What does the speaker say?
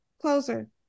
closer